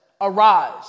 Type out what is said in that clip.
arise